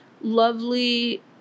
lovely